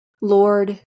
Lord